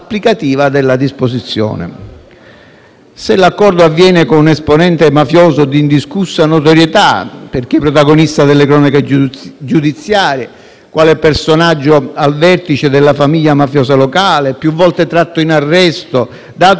Se l'accordo avviene con un esponente mafioso di indiscussa notorietà, poiché protagonista delle cronache giudiziarie, quale personaggio al vertice della famiglia mafiosa locale, più volte tratto in arresto, e datosi alla latitanza prima di